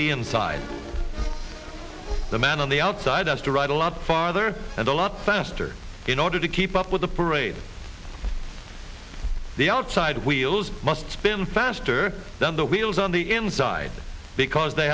the inside the man on the outside as to right a lot farther and a lot faster in order to keep up with the parade the outside wheels must spin faster than the wheels on the inside because they